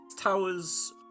Towers